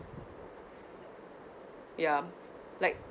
ya like